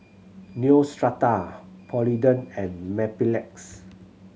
Neostrata Polident and Mepilex